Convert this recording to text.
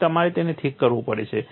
તેથી તમારે તેને ઠીક કરવું પડશે